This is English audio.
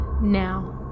now